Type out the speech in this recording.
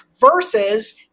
versus